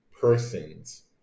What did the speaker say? persons